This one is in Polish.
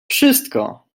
wszystko